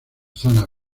zona